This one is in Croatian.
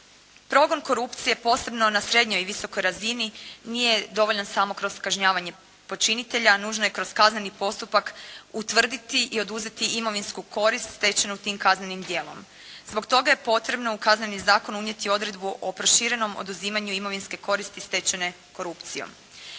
Progon korupcije posebno na srednjoj i visokoj razini nije dovoljan samo kroz kažnjavanje počinitelja, nužno je kroz kazneni postupak utvrditi i oduzeti imovinsku korist stečenu tim kaznenim djelom. Zbog toga je potrebno u Kazneni zakon unijeti odredbu o proširenom oduzimanju imovinske koristi stečene korupcijom.